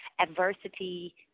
adversity